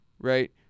Right